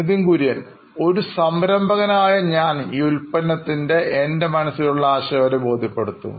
നിധിൻ കുര്യൻ സിഒഒനോയിൻ ഇലക്ട്രോണിക്സ് ഒരു സംരംഭകനായ ഞാൻ ഈ ഉൽപ്പന്നത്തിൻറെ എൻറെ മനസ്സിൽ ഉള്ള ആശയം അവരെബോധ്യപ്പെടുത്തും